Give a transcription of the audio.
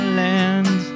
land